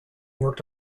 worked